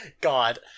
God